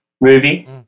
movie